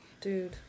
Dude